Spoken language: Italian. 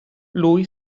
lui